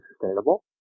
sustainable